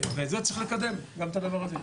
ואת זה צריך לקדם, גם את הדבר הזה.